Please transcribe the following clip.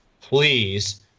Please